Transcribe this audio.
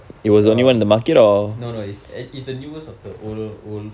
uh no no is it's the newest of the old old